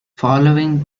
following